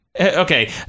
Okay